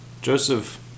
Joseph